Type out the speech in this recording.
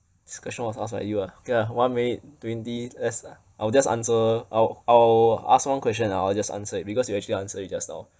this question was asked by you ah okay lah one minute twenty S ah I'll just answer I'll I'll ask one question lah I'll just answer it because you actually answer it just now